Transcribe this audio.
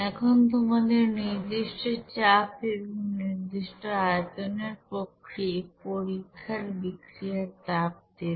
এখন তোমাদের নির্দিষ্ট চাপ এবং নির্দিষ্ট আয়তনের পরীক্ষার বিক্রিয়ার তাপ দেবে